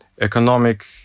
economic